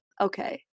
Okay